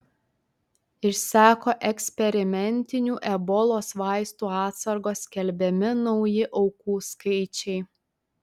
išseko eksperimentinių ebolos vaistų atsargos skelbiami nauji aukų skaičiai